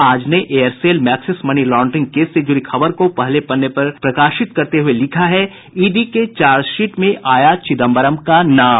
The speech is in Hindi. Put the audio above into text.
आज ने Aircel Maxis money laundering case से जुड़ी खबर को पहले पन्ने पर प्रकाशित करते हुए लिखा है ईडी के चार्जशीट में आया चिदम्बरम का नाम